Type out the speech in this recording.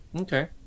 Okay